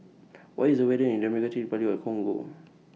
What IS The weather in Democratic Republic of Congo